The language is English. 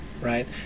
right